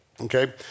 Okay